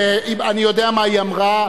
אני יודע מה היא אמרה.